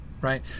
right